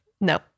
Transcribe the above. no